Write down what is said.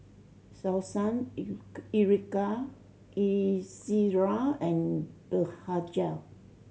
Selsun Ezerra and Blephagel